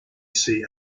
see